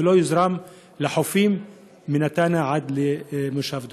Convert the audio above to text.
ולא יוזרם לחופים מנתניה עד למושב דור?